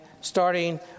starting